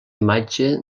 imatge